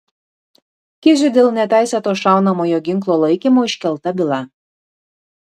kiziui dėl neteisėto šaunamojo ginklo laikymo iškelta byla